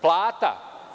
Plata.